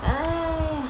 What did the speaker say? !aiya!